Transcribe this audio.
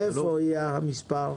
איפה יהיה מספר הטלפון?